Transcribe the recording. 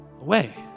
away